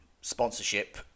sponsorship